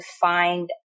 find